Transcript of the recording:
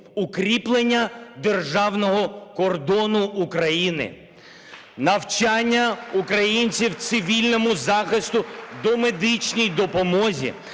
укріплення державного кордону України, навчання українців цивільному захисту, домедичній допомозі,